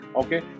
okay